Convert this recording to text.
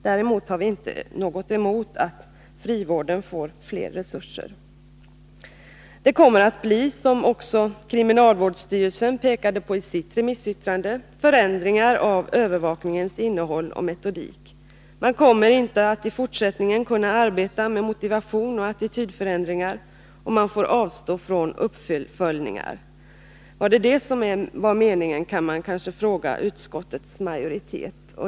Däremot har vi inte någonting emot att frivården får ökade resurser. Det kommer att bli, som också kriminalvårdsstyrelsen pekade på i sitt remissyttrande, förändringar av övervakningens innehåll och metodik. Man kommer inte att i fortsättningen kunna arbeta med motivation och attitydförändringar, och man får avstå från uppföljningar. Var det detta som var meningen? kan man kanske fråga utskottets majoritet.